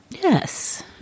Yes